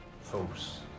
False